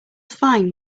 fine